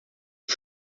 for